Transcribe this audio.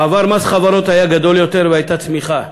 בעבר מס חברות היה גדול יותר והייתה צמיחה